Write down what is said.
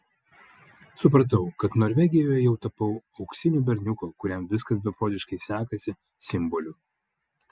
supratau kad norvegijoje jau tapau auksinio berniuko kuriam viskas beprotiškai sekasi simboliu